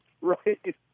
Right